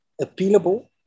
appealable